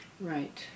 Right